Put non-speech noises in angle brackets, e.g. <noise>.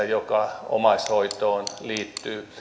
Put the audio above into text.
<unintelligible> joka omaishoitoon liittyy myöskin henkisessä